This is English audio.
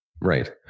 Right